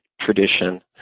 tradition